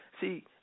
see